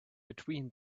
between